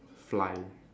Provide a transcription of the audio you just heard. fly